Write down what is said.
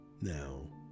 Now